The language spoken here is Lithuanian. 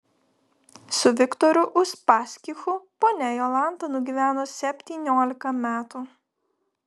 su viktoru uspaskichu ponia jolanta nugyveno septyniolika metų